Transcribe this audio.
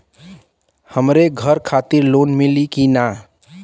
हमरे घर खातिर लोन मिली की ना?